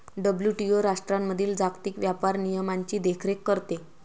WTO राष्ट्रांमधील जागतिक व्यापार नियमांची देखरेख करते